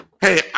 hey